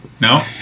no